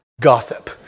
Gossip